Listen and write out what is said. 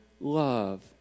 love